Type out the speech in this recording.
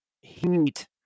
heat